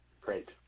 Great